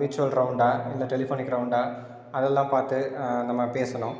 virtual ரவுண்டா இல்லை telephonic ரவுண்டா அதெல்லாம் பார்த்து நம்ம பேசணும்